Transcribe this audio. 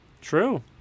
True